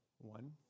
one